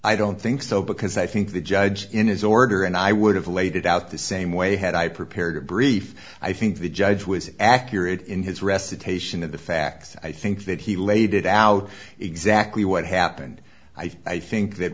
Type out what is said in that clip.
i don't think so because i think the judge in his order and i would have laid it out the same way had i prepared a brief i think the judge was accurate in his recitation of the facts i think that he laid it out exactly what happened i think that